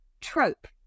trope